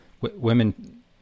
women